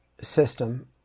system